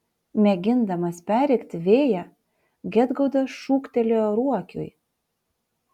mėgindamas perrėkti vėją gedgaudas šūktelėjo ruokiui